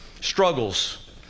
struggles